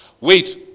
Wait